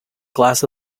glass